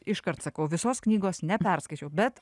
iškart sakau visos knygos neperskaičiau bet